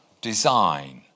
design